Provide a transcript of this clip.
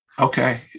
okay